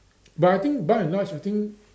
but I think by and large I think